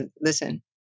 listen